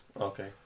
okay